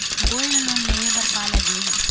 Gold loan लेहे बर का लगही?